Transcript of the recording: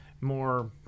more